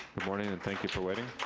morning and thank you for waiting.